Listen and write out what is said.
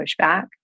pushback